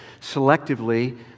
selectively